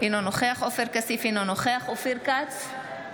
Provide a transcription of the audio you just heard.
אינו נוכח עופר כסיף, אינו נוכח אופיר כץ,